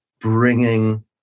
bringing